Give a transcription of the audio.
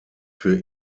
für